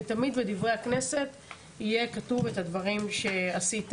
שתמיד בדברי הכנסת יהיה כתוב את הדברים שעשית